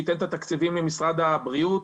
שייתן את התקציבים למשרד הבריאות.